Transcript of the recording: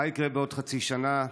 מה יקרה בעוד חצי שנה?